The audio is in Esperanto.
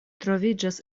troviĝas